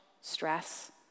stress